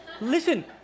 Listen